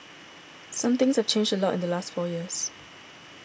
some things have changed a lot in the last four years